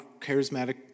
charismatic